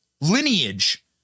lineage